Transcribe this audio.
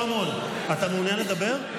אתה מעוניין לדבר?